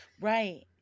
Right